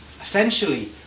essentially